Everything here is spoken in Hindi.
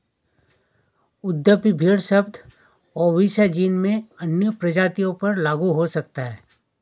यद्यपि भेड़ शब्द ओविसा जीन में अन्य प्रजातियों पर लागू हो सकता है